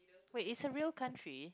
wait is a real country